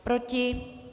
Proti?